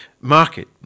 market